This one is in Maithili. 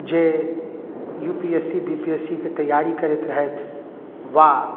जे U P S C B P S C के तैआरी करैत रहथि वा